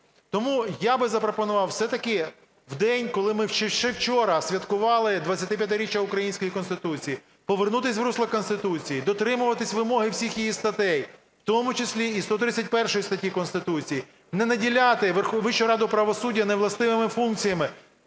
Тому я би запропонував все-таки в день, коли ми ще вчора святкували 25-річчя української Конституції, повернутись в русло Конституції, дотримуватись вимоги всіх її статей, в тому числі і 131 статті Конституції, не наділяти Вищу раду правосуддя невластивими функціями,